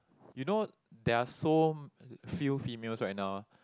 you know there are so few females right now